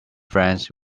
friends